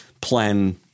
plan